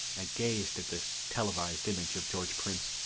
i gazed at this televised image of george prince.